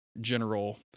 general